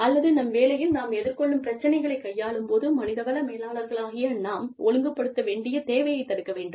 அல்லது நம் வேலையில் நாம் எதிர்கொள்ளும் பிரச்சனைகளைக் கையாளும் போது மனித வள மேலாளர்களாகிய நாம் ஒழுங்குபடுத்த வேண்டிய தேவையைத் தடுக்க வேண்டும்